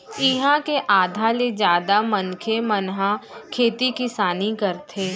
इहाँ के आधा ले जादा मनखे मन ह खेती किसानी करथे